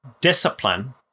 discipline